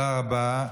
תודה רבה.